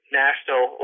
national